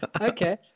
Okay